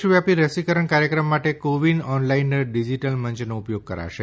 દેશ વ્યાપી રસીકરણ કાર્યક્રમ માટે કો વીન ઓનલાઈન ડિજીટલ મંયનો ઉપયોગ કરાશે